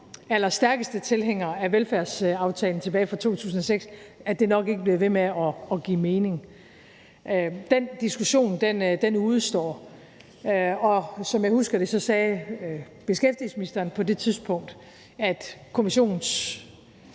allerstærkeste tilhængere af velfærdsaftalen tilbage fra 2006 nok ikke bliver ved med at give mening. Den diskussion udestår. Og som jeg husker det, sagde beskæftigelsesministeren på det tidspunkt, at Pensionskommissionen